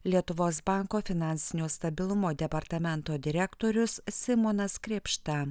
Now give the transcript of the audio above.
lietuvos banko finansinio stabilumo departamento direktorius simonas krėpšta